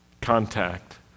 contact